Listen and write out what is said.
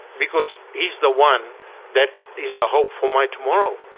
because he's the one that is the hope for my tomorrow.